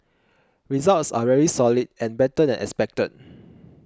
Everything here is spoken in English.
results are very solid and better than expected